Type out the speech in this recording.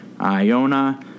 Iona